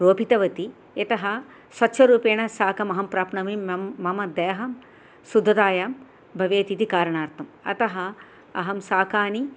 रोपितवती यतः स्वच्छरूपेण शाकमहं प्राप्नोमि मं मम देहं शुद्धतायां भवेत् इति कारणार्थम् अतः अहं शाकानि